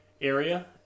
area